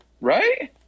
Right